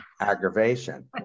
aggravation